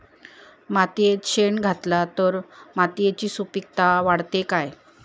मातयेत शेण घातला तर मातयेची सुपीकता वाढते काय?